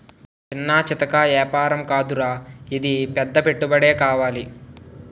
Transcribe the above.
చిన్నా చితకా ఏపారం కాదురా ఇది పెద్ద పెట్టుబడే కావాలి